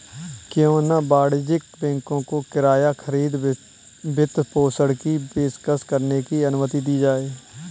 क्यों न वाणिज्यिक बैंकों को किराया खरीद वित्तपोषण की पेशकश करने की अनुमति दी जाए